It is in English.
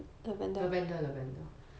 lavender lavender